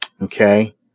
Okay